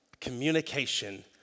communication